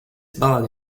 ballad